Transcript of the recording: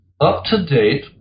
up-to-date